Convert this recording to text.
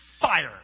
fire